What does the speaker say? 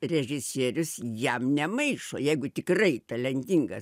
režisierius jam nemaišo jeigu tikrai talentingas